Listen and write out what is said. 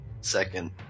second